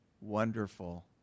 wonderful